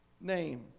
name